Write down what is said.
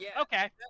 Okay